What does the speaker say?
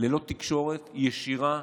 ללא תקשורת ישירה,